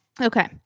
Okay